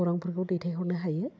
खौरांफोरखौ दैथायहरनो हायो